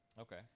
Okay